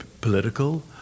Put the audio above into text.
political